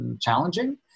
challenging